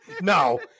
No